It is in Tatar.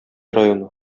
районы